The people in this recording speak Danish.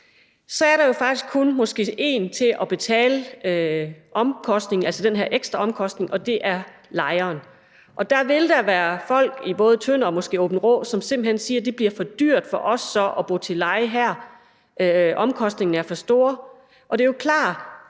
Så er der jo måske faktisk kun én til at betale den her ekstraomkostning, og det er lejeren, og der vil der være folk i både Tønder og måske Aabenraa, som simpelt hen siger, at det bliver for dyrt for dem at bo til leje her, omkostningen er for stor, og det er jo klart,